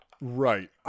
Right